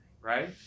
Right